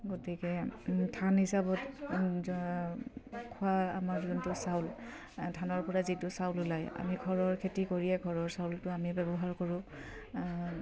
গতিকে ধান হিচাপত খোৱা আমাৰ যোনটো চাউল ধানৰ পৰা যিটো চাউল ওলায় আমি ঘৰৰ খেতি কৰিয়ে ঘৰৰ চাউলটো আমি ব্যৱহাৰ কৰোঁ